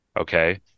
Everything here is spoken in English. Okay